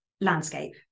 landscape